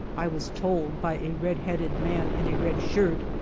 i was told by a red-headed man in a red shirt,